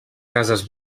cases